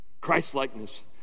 Christ-likeness